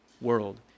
world